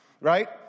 Right